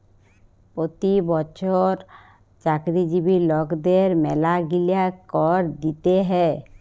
পতি বচ্ছর চাকরিজীবি লকদের ম্যালাগিলা কর দিতে হ্যয়